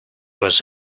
was